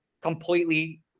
completely –